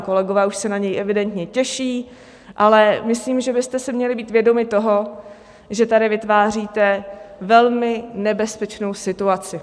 Kolegové už se na něj evidentně těší, ale myslím, že byste si měli být vědomi toho, že tady vytváříte velmi nebezpečnou situaci.